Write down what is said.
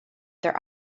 their